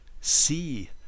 see